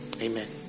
amen